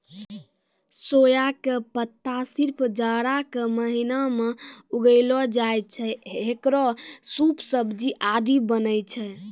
सोया के पत्ता सिर्फ जाड़ा के महीना मॅ उगैलो जाय छै, हेकरो सूप, सब्जी आदि बनै छै